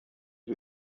die